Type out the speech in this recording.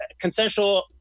consensual